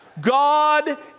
God